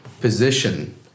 position